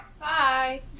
Bye